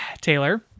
Taylor